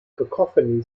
cacophony